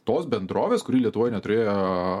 tos bendrovės kuri lietuvoj neturėjo